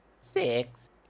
Six